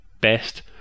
best